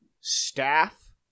staff